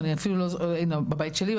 בבית שלי,